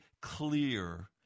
clear